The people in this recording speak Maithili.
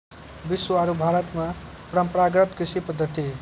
विश्व आरो भारत मॅ परंपरागत कृषि पद्धति